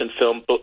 film